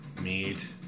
Meat